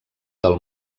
del